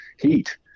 heat